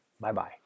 Bye-bye